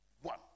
one